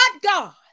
God